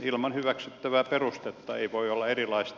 ilman hyväksyttävää perustetta ei voi olla erilaista